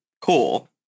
cool